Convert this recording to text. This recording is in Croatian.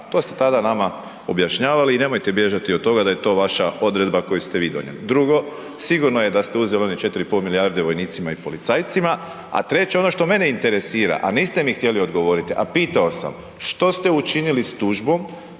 To ste tada nama objašnjavali i nemojte bježati od toga da je to vaša odredba koji ste vi donijeli. Drugo, sigurno je da ste uzeli onih 4,5 milijarde vojnicima i policajcima, a 3. ono što mene interesira, a niste mi htjeli odgovoriti, a pitao sam, što ste učinili s tužbom